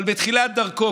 אבל בתחילת דרכו,